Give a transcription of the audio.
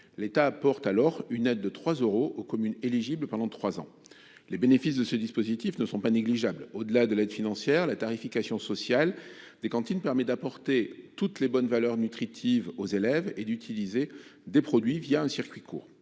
L’État apporte alors une aide de 3 euros aux communes éligibles pendant trois ans. Les bénéfices de ce dispositif ne sont pas négligeables. Au delà de l’aide financière, la tarification sociale des cantines permet d’apprendre aux élèves de bonnes habitudes alimentaires et d’utiliser des produits un circuit court.